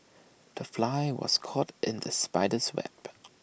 the fly was caught in the spider's web